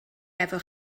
efo